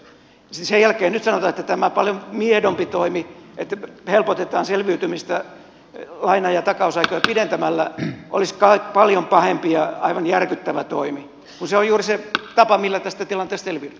sen jälkeen nyt sanotaan että tämä paljon miedompi toimi että helpotetaan selviytymistä laina ja takausaikoja pidentämällä olisi kai paljon pahempi ja aivan järkyttävä toimi kun se on juuri se tapa millä tästä tilanteesta selviydytään